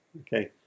Okay